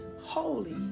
holy